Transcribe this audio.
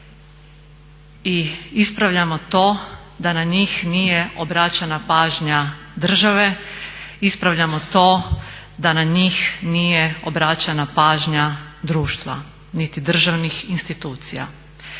I ispravljamo to da na njih nije obraćana pažnja države, ispravljamo to da na njih nije obraćana pažnja društva, niti državnih institucija.